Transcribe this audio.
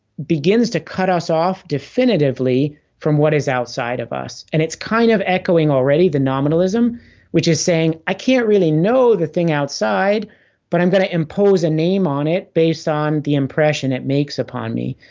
begins to cut us off definitively from what is outside of us. and it's kind of echoing already the nominalism which is saying i can't really know the thing outside but i'm going to impose a name on it based on the impression it makes upon me.